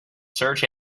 search